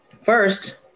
First